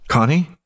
Connie